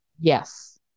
Yes